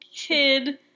kid